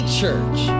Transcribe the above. church